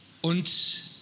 und